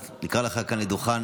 אז נקרא לך כאן לדוכן.